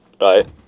Right